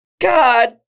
god